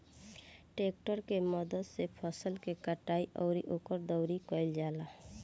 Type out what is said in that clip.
tractor के मदद से फसल के कटाई अउरी ओकर दउरी कईल जाला